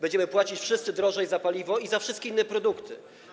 Będziemy płacić wszyscy drożej za paliwo i za wszystkie inne produkty.